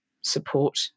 support